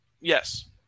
yes